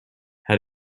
how